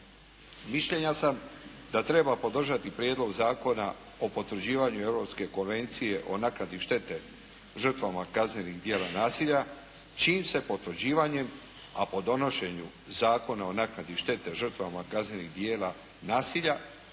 Mišljenja sam da treba podržati Prijedlog zakona o potvrđivanju Europske konvencije o naknadi štete žrtvama kaznenih djela nasilja čijim se potvrđivanjem, a po donošenju Zakona o naknadi štete žrtvama kaznenih djela nasilja,